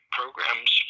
programs